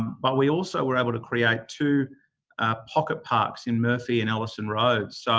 but we also were able to create two pocket parks in murphy and ellison roads. so